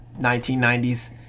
1990s